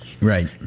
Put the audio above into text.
Right